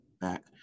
back